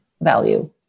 value